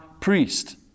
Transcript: priest